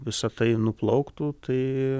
visa tai nuplauktų tai